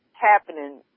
happening